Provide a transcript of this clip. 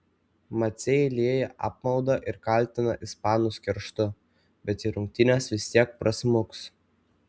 maciai lieja apmaudą ir kaltina ispanus kerštu bet į rungtynes vis tiek prasmuks